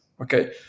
Okay